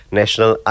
national